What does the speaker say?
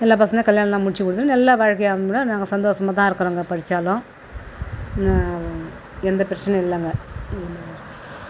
நல்ல பசங்கள் கல்யாணமெலாம் முடித்து கொடுத்துட்டு நல்ல வாழ்க்கையாக நாங்கள் சந்தோஷமா தான் இருக்கிறாங்கோ படித்தாலும் எந்த பிரச்சினையும் இல்லைங்க ம்